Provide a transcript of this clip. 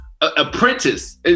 apprentice